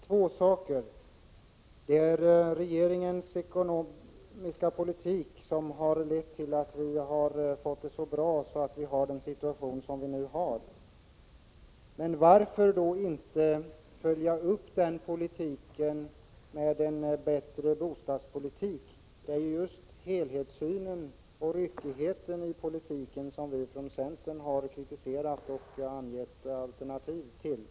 Herr talman! Lennart Nilsson säger att det är regeringens ekonomiska politik som har lett till att vi har fått det så bra att vi har den situation som vi nu har. Men varför då inte följa upp den politiken med en bättre bostadspolitik? Det är ju just helhetssynen och ryckigheten i politiken som vi från centern har kritiserat och angett alternativ till.